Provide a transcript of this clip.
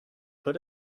put